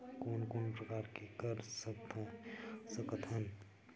कोन कोन प्रकार के कर सकथ हन?